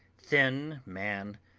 thin man,